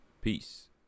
Peace